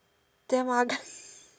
damn ugly